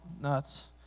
nuts